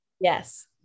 yes